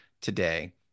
today